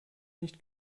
nicht